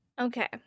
Okay